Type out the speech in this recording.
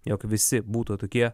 jog visi būtų tokie